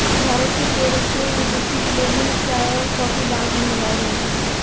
भारत के केरल के इडुक्की जिले में चाय और कॉफी बागान लगाए गए थे